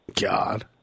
God